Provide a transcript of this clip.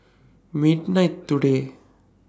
midnight today